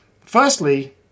firstly